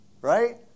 Right